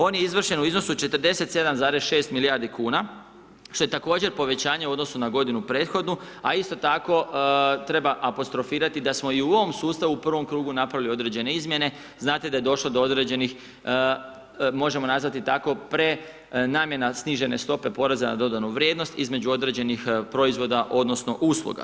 On je izvršen u iznosu od 47,6 milijardi kuna, što je također povećanje u odnosu na godinu prethodnu, a isto tako treba apostrofirati da smo i u ovom sustavu u prvom krugu napravili određene izmjene, znate da je došlo do određenih, možemo nazvati tako, prenamjena snižene stope PDV-a između određenih proizvoda odnosno usluga.